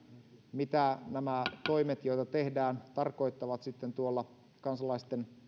mitä nämä toimet joita tehdään tarkoittavat sitten tuolla kansalaisten